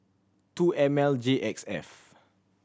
two M L J X F